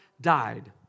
died